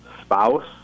spouse